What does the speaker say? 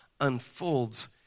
unfolds